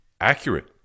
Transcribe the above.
accurate